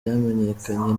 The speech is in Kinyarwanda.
byamenyekanye